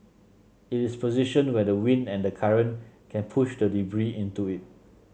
it is positioned where the wind and the current can push the debris into it